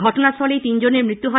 ঘটনাস্থলেই তিনজনের মৃত্যু হয়